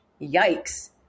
yikes